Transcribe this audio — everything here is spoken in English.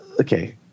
okay